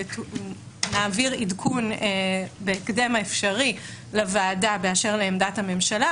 ונעביר עדכון בהקדם האפשרי לוועדה באשר לעמדת הממשלה,